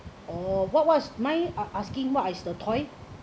oh what was mind uh uh asking what is the toy